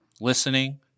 listening